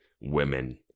women